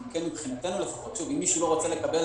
מבחינתנו, אם מישהו לא רוצה לקבל